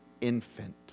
infant